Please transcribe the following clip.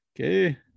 Okay